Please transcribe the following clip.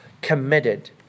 committed